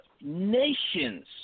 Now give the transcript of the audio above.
nations